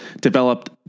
developed